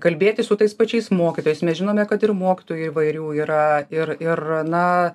kalbėtis su tais pačiais mokytojais mes žinome kad ir mokytojų įvairių yra ir ir na